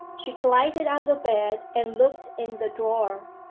she glided out of bed and looked in the drawer.